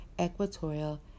equatorial